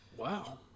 Wow